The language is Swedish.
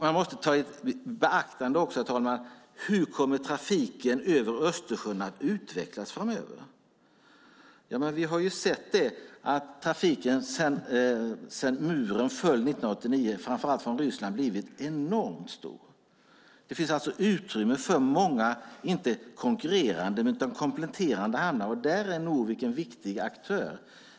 Man måste också ta i beaktande, herr talman, hur trafiken över Östersjön kommer att utvecklas framöver. Vi har sett att trafiken sedan murens fall 1989 från framför allt Ryssland blivit enormt stor. Det finns alltså utrymme för många inte konkurrerande utan kompletterande hamnar, och där är Norvik en viktig aktör.